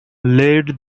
laid